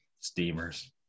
steamers